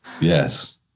yes